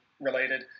related